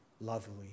lovely